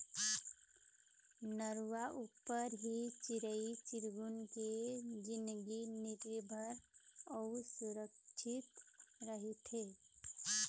नरूवा ऊपर ही चिरई चिरगुन के जिनगी निरभर अउ सुरक्छित रहिथे